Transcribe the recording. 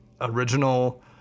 original